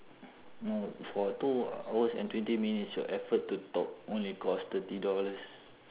no for two hours and twenty minutes your effort to talk only cost thirty dollars